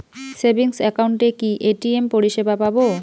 Savings একাউন্টে কি ATM পরিসেবা পাব?